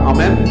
Amen